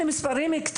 והן לא נפסלו.